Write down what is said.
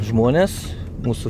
žmones mūsų